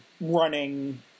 running